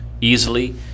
easily